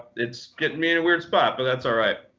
it's hitting me in a weird spot. but that's all right.